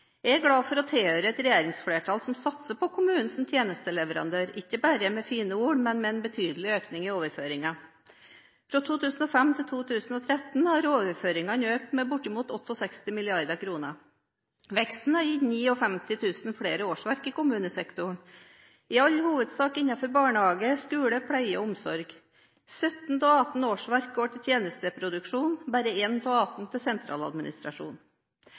Jeg er glad for å tilhøre et regjeringsflertall som satser på kommunen som tjenesteleverandør – ikke bare med fine ord, men med en betydelig økning i overføringene. Fra 2005 til 2013 har overføringene økt med bortimot 68 mrd. kr. Veksten har gitt 59 000 flere årsverk i kommunesektoren – i all hovedsak innenfor barnehage, skole, pleie og omsorg. Sytten av atten årsverk går til tjenesteproduksjon, bare ett av atten til